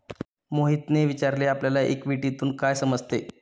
मोहितने विचारले आपल्याला इक्विटीतून काय समजते?